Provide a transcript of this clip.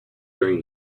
during